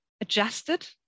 adjusted